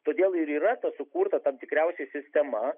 todėl ir yra sukurta tam tikriausiai sistema